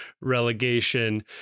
relegation